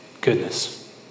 Goodness